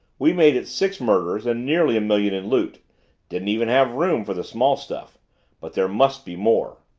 we made it six murders and nearly a million in loot didn't even have room for the small stuff but there must be more